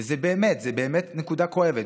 וזו באמת נקודה כואבת,